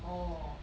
orh